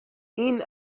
این